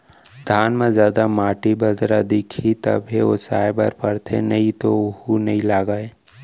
धान म जादा माटी, बदरा दिखही तभे ओसाए बर परथे नइ तो वोहू नइ लागय